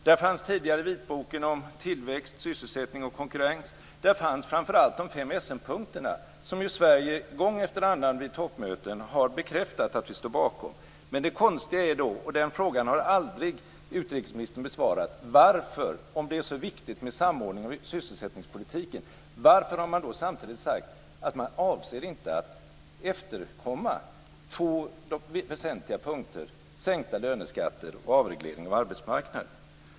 Där fanns tidigare vitboken om tillväxt, sysselsättning och konkurrens, och där fanns framför allt de fem Essenpunkterna som ju vi i Sverige gång efter annan vid toppmöten har bekräftat att vi står bakom. Men det konstiga är då att utrikesministern aldrig besvarat denna fråga: Om det är så viktigt med samordning av sysselsättningspolitiken, varför har man då samtidigt sagt att man inte avser att efterkomma två väsentliga punkter, nämligen sänkta löneskatter och avreglering av arbetsmarknaden?